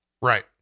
right